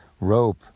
rope